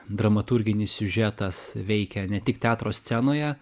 dramaturginis siužetas veikia ne tik teatro scenoje